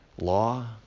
law